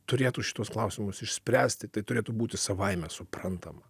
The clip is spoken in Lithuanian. turėtų šituos klausimus išspręsti tai turėtų būti savaime suprantama